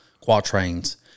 quatrains